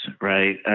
right